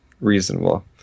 reasonable